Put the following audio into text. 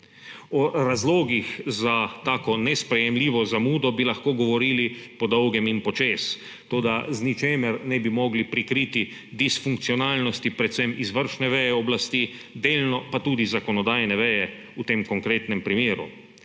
O razlogih za tako nesprejemljivo zamudo, bi lahko govorili podolgem in počez, toda z ničemer ne bi mogli prikriti disfunkcionalnosti predvsem izvršne veje oblasti, delno pa tudi zakonodajne veje v tem konkretnem primeru.